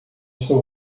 estou